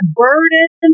burden